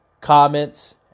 comments